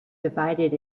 divided